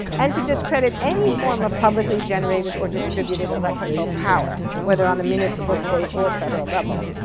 and to discredit any form of publicly generated or distributed electrical power, whether on the municipal, state, or federal level.